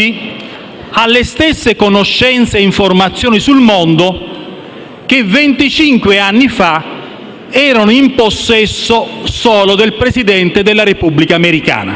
le stesse conoscenze e informazioni sul mondo di cui venticinque anni fa era in possesso solo il Presidente della Repubblica americana.